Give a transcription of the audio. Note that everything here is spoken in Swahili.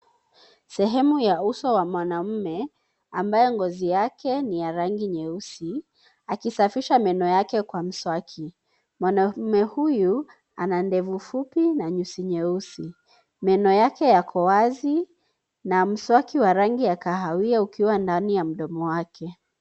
Sehemu ya uso wa mwanaume ambaye ngozi yake ni ya rangi nyeusi akisafisha meno yae kwa mswaki. Mwanaume huyu ana ndevu fupi na nyusi nyeusi. Meno yake yako wazi na mswaki wa rangi ya kahaiwa ukiwa ndani ya mdomo wake.